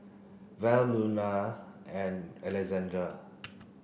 Val Luana and Alexander